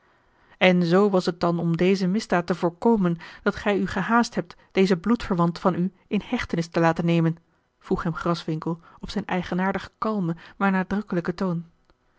en zoo was het dan om deze misdaad te voorkomen dat gij u gehaast hebt dezen bloedverwant van u in hechtenis te laten nemen vroeg hem graswinckel op zijn eigenaardig kalmen maar nadrukkelijken toon